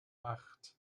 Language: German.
acht